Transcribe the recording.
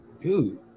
dude